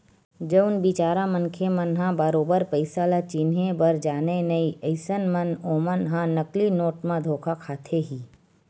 जउन बिचारा मनखे मन ह बरोबर पइसा ल चिनहे बर जानय नइ अइसन म ओमन ह नकली नोट म धोखा खाथे ही